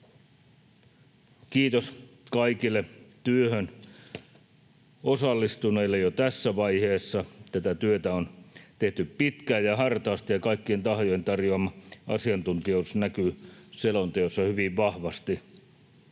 Kiitos kaikille työhön osallistuneille jo tässä vaiheessa. Tätä työtä on tehty pitkään ja hartaasti, ja kaikkien tahojen tarjoama asiantuntijuus näkyy selonteossa hyvin vahvasti.